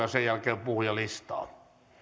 ja sen jälkeen puhujalistaan